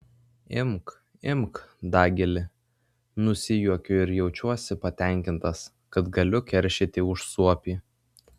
imk imk dagili nusijuokiu ir jaučiuosi patenkintas kad galiu keršyti už suopį